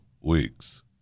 weeks